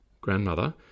grandmother